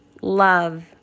love